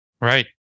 Right